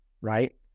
right